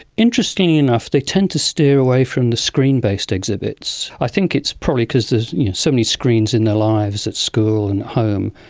interestingly enough they tend to steer away from the screen-based exhibits. i think it's probably because there's so many screens in their lives at school and at home,